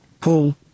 pull